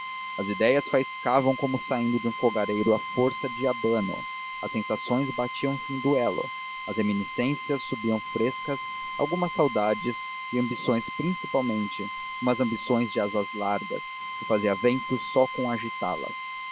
as ideias faiscavam como saindo de um fogareiro à força de abano as sensações batiam se em duelo as reminiscências subiam frescas algumas saudades e ambições principalmente umas ambições de asas largas que faziam vento só com agitá las